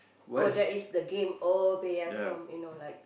oh that is the game oh-yeah-peh-yah-som you know like